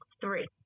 three